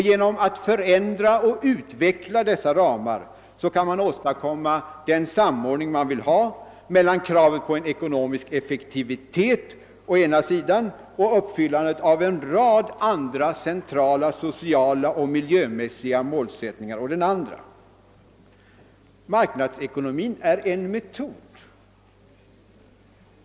Genom att förändra och utveckla dessa ramar kan man åstadkomma den samordning man vill ha mellan kravet på en ekonomisk effektivitet å ena sidan och uppfyllandet av en rad andra centrala sociala och miljömässiga målsättningar å den andra sidan. Marknadsekonomin är en metod.